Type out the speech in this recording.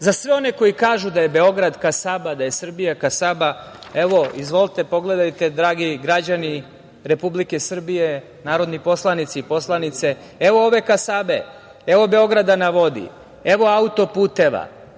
za sve one koji kažu da je Beograd kasaba, da je Srbija kasaba, evo, izvolite, pogledajte, dragi građani Republike Srbije, narodni poslanici i poslanice, evo ove kasabe, evo Beograda na vodi, evo autoputeva,